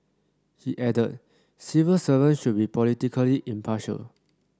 he added civil servant should be politically impartial